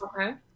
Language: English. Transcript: Okay